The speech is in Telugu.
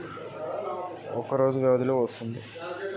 అప్పు తీసుకోనికి రాసిన కాగితం రానీకి ఎన్ని రోజులు అవుతది?